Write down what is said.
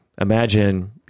imagine